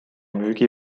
müügi